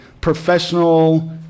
professional